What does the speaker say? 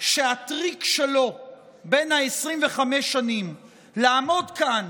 שהטריק שלו בן 25 השנים לעמוד כאן,